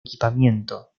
equipamiento